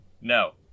No